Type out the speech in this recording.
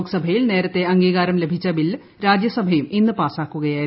ലോക്സഭയിൽ നേരത്തെ അംഗീകാരം ലഭിച്ച ബിൽ രാജ്യസഭയും ഇന്ന് പാസ്സാക്കുകയായിരുന്നു